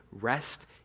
rest